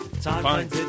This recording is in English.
Fine